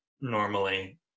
normally